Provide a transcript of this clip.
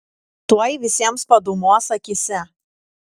tuoj visiems padūmuos akyse